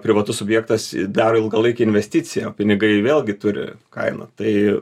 privatus subjektas daro ilgalaikę investiciją o pinigai vėlgi turi kainą tai